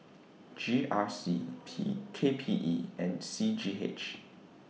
G R C P K P E and C G H